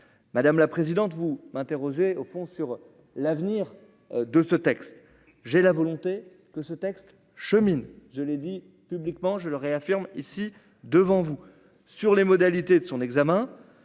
madame la présidente, vous m'interrogez au fond sur l'avenir de ce texte, j'ai la volonté que ce texte chemine, je l'ai dit publiquement, je le réaffirme ici devant vous sur les modalités de son examen,